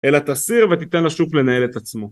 אלא תסיר ותיתן לשוק לנהל את עצמו